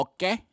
Okay